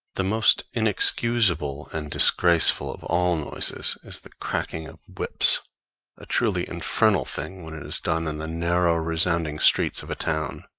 the most inexcusable and disgraceful of all noises is the cracking of whips a truly infernal thing when it is done in the narrow resounding streets of a town.